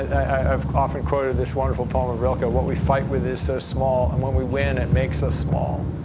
ah i've often quoted this wonderful poem of rilke, what we fight with is so small. and when we win, it makes us small.